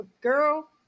girl